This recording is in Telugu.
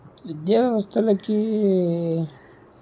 విద్యావ్యవస్థలకీ